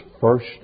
first